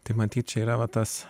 tai matyt čia yra tas